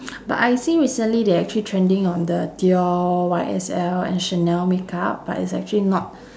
but I see recently they're actually trending on the dior Y_S_L and chanel make up but it's actually not